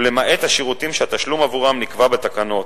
למעט השירותים שהתשלום עבורם נקבע בתקנות,